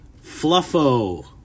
Fluffo